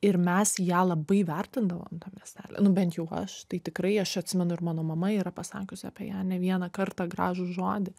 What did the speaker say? ir mes ją labai vertindavom tam miestely nu bent jau aš tai tikrai aš atsimenu ir mano mama yra pasakiusi apie ją ne vieną kartą gražų žodį